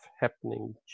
happening